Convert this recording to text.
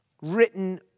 written